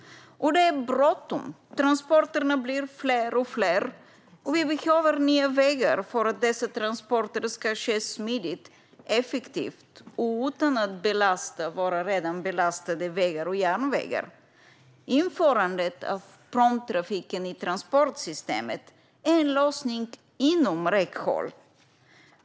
Det är bråttom. Transporterna blir fler och fler, och vi behöver nya vägar för att dessa transporter ska ske smidigt och effektivt och utan att belasta våra redan belastade vägar och järnvägar. Införandet av pråmtrafiken i transportsystemet är en lösning inom räckhåll.